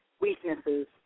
weaknesses